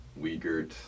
Weigert